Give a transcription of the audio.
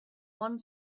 one